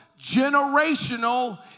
generational